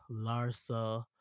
Larsa